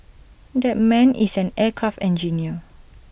that man is an aircraft engineer